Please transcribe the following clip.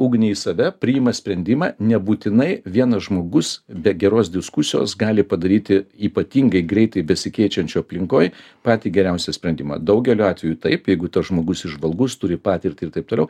ugnį į save priima sprendimą nebūtinai vienas žmogus be geros diskusijos gali padaryti ypatingai greitai besikeičiančioj aplinkoj patį geriausią sprendimą daugeliu atvejų taip jeigu tas žmogus įžvalgus turi patirtį ir taip toliau